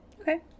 Okay